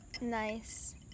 Nice